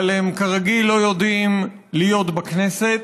אבל הם כרגיל לא יודעים להיות בכנסת,